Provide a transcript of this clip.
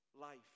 life